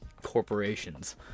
Corporations